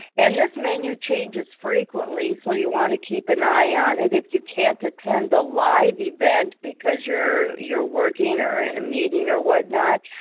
and this menu changes frequently so you want to keep an eye on it. if you can't attend the live event because you are working or in a meeting or whatnot,